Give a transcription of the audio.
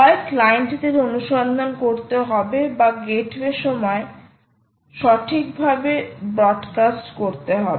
হয় ক্লায়েন্টদের অনুসন্ধান করতে হবে বা গেটওয়ে সময় সময় সঠিকভাবে ব্রড কাস্ট করতে হবে